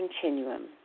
continuum